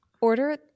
Order